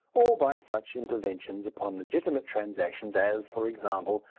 or by such interventions upon legitimate transactions as, for example,